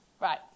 Right